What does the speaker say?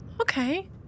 okay